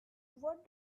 what